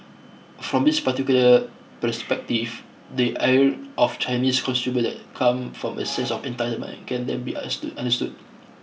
from this particular perspective the ire of Chinese consumers that come from a sense of entitlement can then be understood understood